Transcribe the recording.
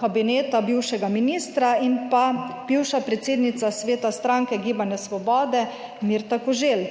kabineta bivšega ministra in pa bivša predsednica sveta stranke Gibanje svobode, Mirta Koželj.